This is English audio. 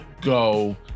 go